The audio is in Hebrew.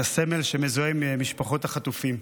את הסמל שמזוהה עם משפחות החטופים.